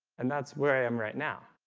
and that's where i am right now